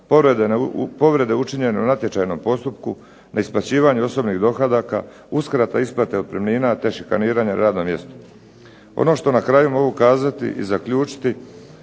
povrede učinjene u natječajnom postupku, neisplaćivanje osobnih dohodaka, uskrata isplate otpremnina te šikaniranje na radnom mjestu. Ono što na kraju mogu kazati i zaključiti